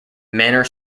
manor